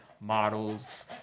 models